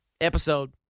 Episode